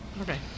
Okay